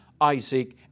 Isaac